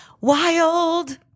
Wild